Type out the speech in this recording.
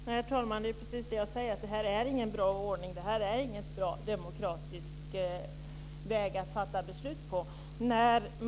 Herr talman! Det är precis detta jag säger, dvs. det är ingen bra ordning och det här är ingen bra demokratisk väg att fatta beslut på.